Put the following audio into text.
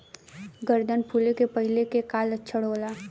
गर्दन फुले के पहिले के का लक्षण होला?